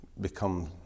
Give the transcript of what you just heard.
become